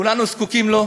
כולנו זקוקים לו,